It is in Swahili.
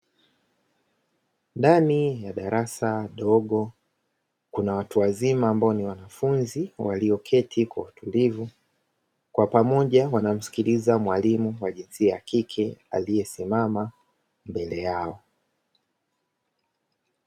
Ndani ya darasa dogo, kuna watu wazima ambao ni wanafunzi walioketi kwa utulivu, kwa pamoja wanamsikiliza mwalimu wa jinsia ya kike, aliyesimama mbele yao.